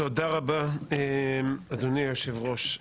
תודה רבה, אדוני היושב-ראש.